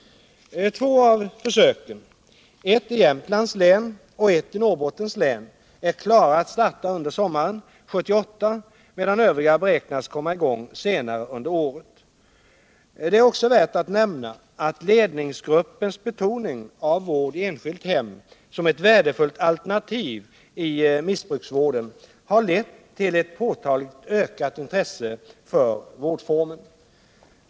Två av försöken — ett i Jämtlands län och ett i Norrbottens län — är klara att starta under sommaren 1978, medan övriga beräknas komma i gång senare under året. Det är också värt att nämna att ledningsgruppens betoning av vård i enskilt hem som ett värdefullt alternativ i missbruksvården har lett till ett påtagligt ökat intresse för vårdformen.